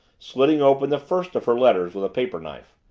slitting open the first of her letters with a paper knife.